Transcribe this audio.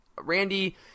Randy